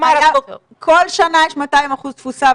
כל שנה יש 200% תפוסה,